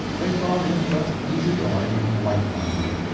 they thought him just easy-going and light-minded.